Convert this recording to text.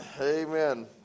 Amen